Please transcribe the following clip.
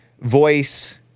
Voice